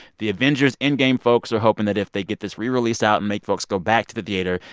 the avengers endgame folks are hoping that if they get this rerelease out and make folks go back to the theater,